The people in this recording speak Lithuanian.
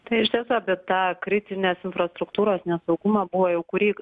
tai iš tiesų apie tą kritinės infrastruktūros nesaugumą buvo jau kurį